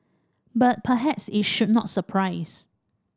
but perhaps it should not surprise